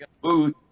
booth